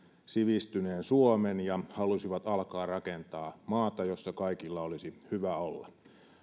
sivistyneen suomen ja halusivat alkaa rakentaa maata jossa kaikilla olisi hyvä olla